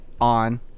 on